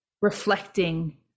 reflecting